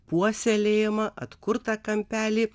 puoselėjamą atkurtą kampelį